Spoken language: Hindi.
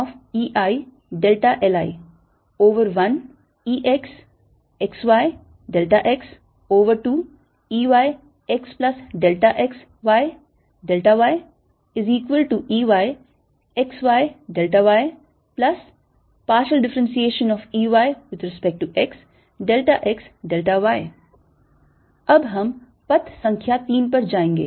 Eili Over 1 ExXYX Over 2 EYXX YYEYXYyEY∂XXY अब हम पथ संख्या 3 पर जाएंगे